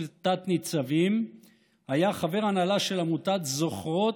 לתת-ניצבים היה חבר הנהלה של עמותת זוכרות,